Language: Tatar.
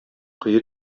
кое